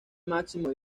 máximo